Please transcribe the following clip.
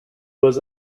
was